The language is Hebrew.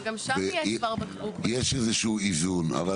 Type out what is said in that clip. אבל גם שם יהיה צוואר בקבוק.